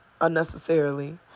unnecessarily